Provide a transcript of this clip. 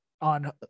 on